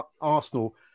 Arsenal